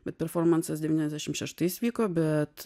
bet performansas devyniasdešim šeštais vyko bet